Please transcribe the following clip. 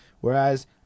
whereas